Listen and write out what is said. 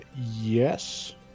yes